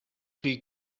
chi